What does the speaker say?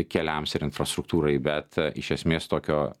keliams ir infrastruktūrai bet iš esmės tokio